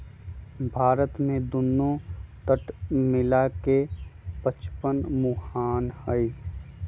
भारत में दुन्नो तट मिला के पचपन मुहान हई